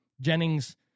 Jennings